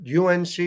UNC